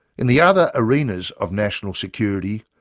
in the other arenas of national security,